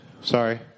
sorry